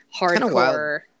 hardcore